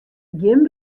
gjin